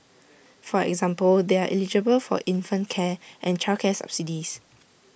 for example they are eligible for infant care and childcare subsidies